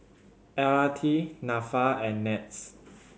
L R T Nafa and NETS